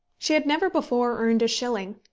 she had never before earned a shilling.